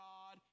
God